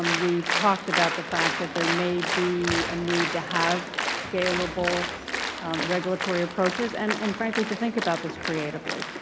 um we've talked about the fact that there may be a need to have scalable regulatory approaches and and, frankly, to think about this creatively.